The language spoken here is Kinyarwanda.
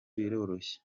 biroroshye